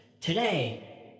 Today